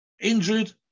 injured